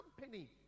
company